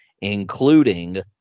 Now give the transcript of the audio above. including